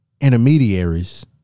intermediaries